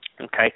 Okay